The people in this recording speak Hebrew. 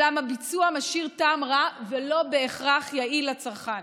אולם הביצוע משאיר טעם רע ולא בהכרח יעיל לצרכן.